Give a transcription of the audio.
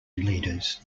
leaders